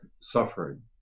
suffering